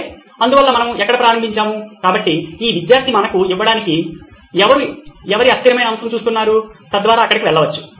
సరే అందువల్ల మనము ఎక్కడ ప్రారంభించాము కాబట్టి ఈ విద్యార్థి మనకు ఇవ్వడానికి ఎవరు ఎవరి అస్థిరమైన అంశం చూస్తున్నారు తద్వారా ఇక్కడకు వెళ్ళవచ్చు